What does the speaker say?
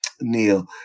Neil